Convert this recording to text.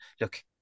Look